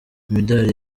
imidali